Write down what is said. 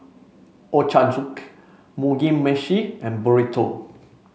Ochazuke Mugi Meshi and Burrito